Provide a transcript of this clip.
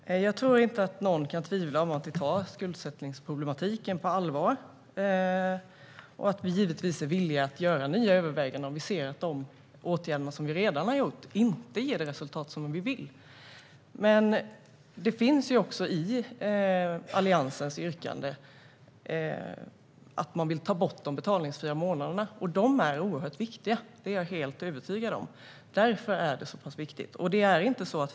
Fru talman! Jag tror inte att någon kan tvivla på att vi tar skuldsättningsproblematiken på allvar, och vi är givetvis villiga att göra nya överväganden om vi ser att de åtgärder som vi redan har vidtagit inte ger de resultat som vi vill ha. Men det finns också i Alliansens yrkande att man vill ta bort de betalningsfria månaderna, och de är oerhört viktiga. Det är jag helt övertygad om. Därför är detta så pass viktigt.